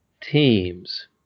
teams